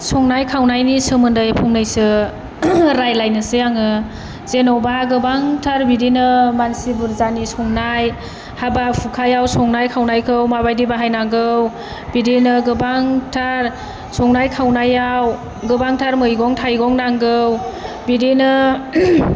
संनाय खावनायनि सोमोन्दै फंनैसो रायलायनोसै आङो जेन'बा गोबांथार बिदिनो मानसि बुरजानि संनाय हाबा हुखायाव संनाय खावनायखौ माबायदि बाहायनांगौ बिदिनो गोबांथार संनाय खावनायाव गोबांथार मैगं थाइगं नांगौ बिदिनो